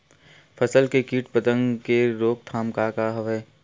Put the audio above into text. फसल के कीट पतंग के रोकथाम का का हवय?